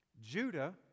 Judah